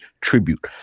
tribute